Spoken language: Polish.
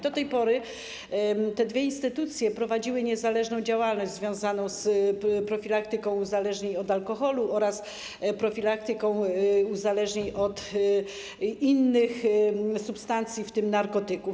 Do tej pory te dwie instytucje prowadziły niezależną działalność związaną z profilaktyką uzależnień od alkoholu oraz profilaktyką uzależnień od innych substancji, w tym narkotyków.